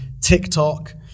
TikTok